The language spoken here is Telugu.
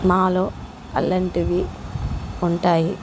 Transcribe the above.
మాలో అలాంటివి ఉంటాయి